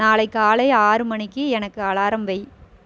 நாளை காலை ஆறு மணிக்கு எனக்கு அலாரம் வை